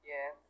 Yes